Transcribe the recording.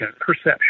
perception